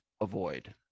avoid